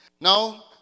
Now